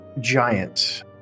giant